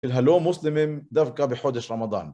הלא מוסלמים דווקא בחודש רמדאן